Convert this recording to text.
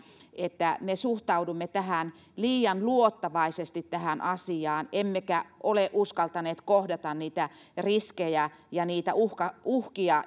että me suhtaudumme liian luottavaisesti tähän asiaan emmekä ole uskaltaneet kohdata niitä riskejä ja niitä uhkia